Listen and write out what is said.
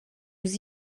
aux